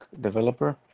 developer